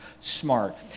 smart